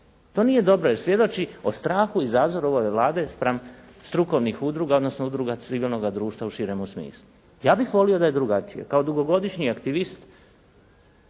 To nije dobro jer svjedoči o strahu …/Govornik se ne razumije./.. spram strukovnih udruga, odnosno udruga civilnoga društva u širemu smislu. Ja bih volio da je drugačije. Kao dugogodišnji aktivist